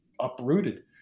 uprooted